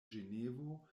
ĝenevo